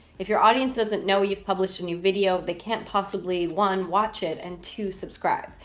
if your audience doesn't know you've published a new video, they can't possibly one, watch it and two, subscribe.